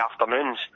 afternoons